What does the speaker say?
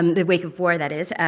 um the wake of war, that is,